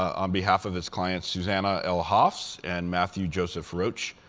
on behalf of its clients susanna l. hoffs and matthew joseph roach.